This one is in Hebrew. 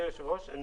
החששות.